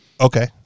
Okay